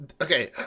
okay